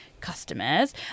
customers